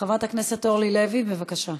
חברת הכנסת אורלי לוי, בבקשה.